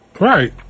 Right